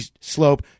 slope